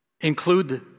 include